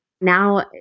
now